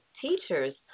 teachers